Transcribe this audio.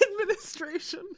administration